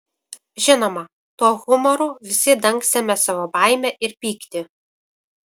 žinoma tuo humoru visi dangstėme savo baimę ir pyktį